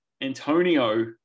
Antonio